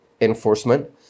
enforcement